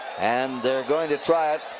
and they're going to try it.